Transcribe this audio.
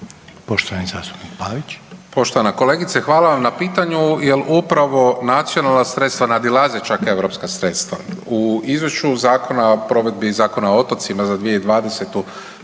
**Pavić, Marko (HDZ)** Poštovana kolegice, hvala vam na pitanju jer upravo nacionalna sredstva nadilaze čak EU sredstva. U Izvješću Zakona o provedbi Zakona o otocima za 2020.